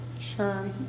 sure